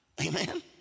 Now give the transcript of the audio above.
amen